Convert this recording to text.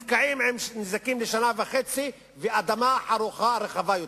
אנחנו נתקעים עם נזקים לשנה וחצי ואדמה חרוכה רחבה יותר.